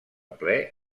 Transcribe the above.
ple